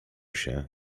się